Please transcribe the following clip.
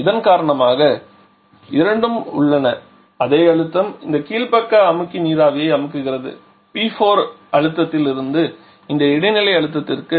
இதன் காரணமாக இரண்டும் உள்ளன அதே அழுத்தம் இந்த கீழ் பக்க அமுக்கிநீராவியை அமுக்குகிறது PE அழுத்தத்திலிருந்து இந்த இடைநிலை அழுத்தத்திற்கு